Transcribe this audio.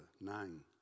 Nine